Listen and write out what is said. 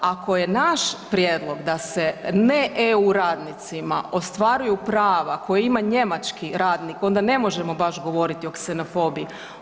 Ako je naš prijedlog da se ne eu radnicima ne ostvaruju prava koja ima njemački radnik onda ne možemo baš govoriti i ksenofobiji.